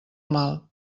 mal